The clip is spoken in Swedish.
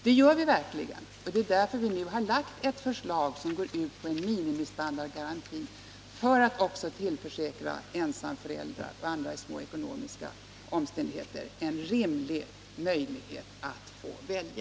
Det gör vi verkligen. Vi har framlagt ett förslag som går ut på en minimistandardgaranti för att tillförsäkra också ensamföräldrar och andra i små ekonomiska omständigheter en rimlig möjlighet att välja.